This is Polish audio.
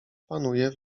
panuje